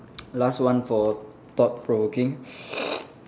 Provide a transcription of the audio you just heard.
last one for thought provoking